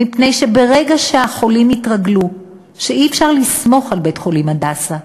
מפני שברגע שהחולים יתרגלו שאי-אפשר לסמוך על בית-חולים "הדסה"